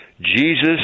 Jesus